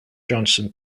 johnson